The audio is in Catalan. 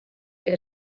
que